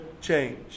change